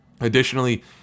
Additionally